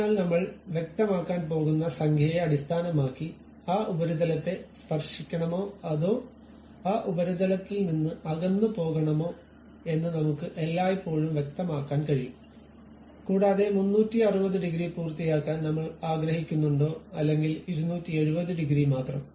അതിനാൽ നമ്മൾ വ്യക്തമാക്കാൻ പോകുന്ന സംഖ്യയെ അടിസ്ഥാനമാക്കി ആ ഉപരിതലത്തെ സ്പർശിക്കണമോ അതോ ആ ഉപരിതലത്തിൽ നിന്ന് അകന്നുപോകണോ എന്ന് നമുക്ക് എല്ലായ്പ്പോഴും വ്യക്തമാക്കാൻ കഴിയും കൂടാതെ 360 ഡിഗ്രി പൂർത്തിയാക്കാൻ നമ്മൾ ആഗ്രഹിക്കുന്നുണ്ടോ അല്ലെങ്കിൽ 270 ഡിഗ്രി മാത്രം